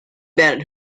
bennett